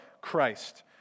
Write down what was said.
Christ